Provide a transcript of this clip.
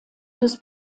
des